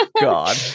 god